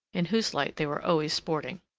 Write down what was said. in whose light they were always sporting.